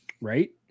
Right